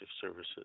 services